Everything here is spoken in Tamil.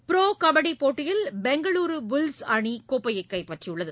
புரோ கபடி போட்டியில் பெங்களூரு புல்ஸ் அணி கோப்பையை கைப்பற்றியுள்ளது